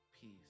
peace